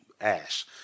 ash